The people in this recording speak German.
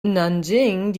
nanjing